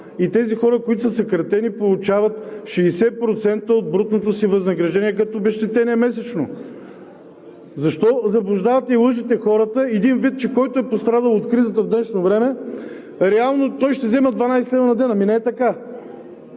и тези хора, които са съкратени, получават 60% от брутното си възнаграждение като обезщетение месечно. Защо заблуждавате и лъжете хората – един вид, че който е пострадал от кризата в днешно време, реално той ще взема 12 лв. на ден. Ами не е така!